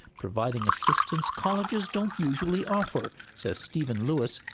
providing assistance colleges don't usually offer, says stephen lewis,